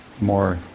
more